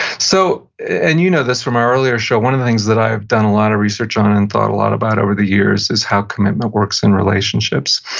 so and you know this from our earlier show, one of the things that i've done a lot of research on and thought a lot about over the years is how commitment works in relationships.